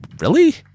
Really